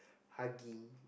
hugging